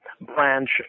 branch